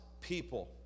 people